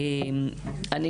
אני